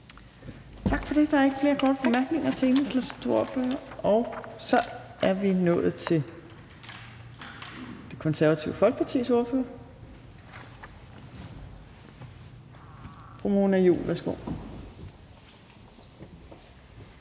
Tak for det. Der er ikke flere korte bemærkninger til Enhedslistens ordfører. Så er vi nået til Det Konservative Folkepartis ordfører, fru Mona Juul. Værsgo.